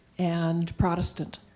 and protestant